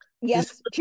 Yes